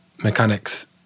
Mechanics